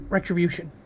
Retribution